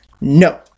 No